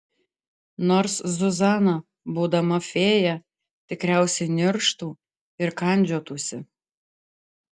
nors zuzana būdama fėja tikriausiai nirštų ir kandžiotųsi